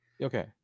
Okay